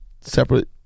separate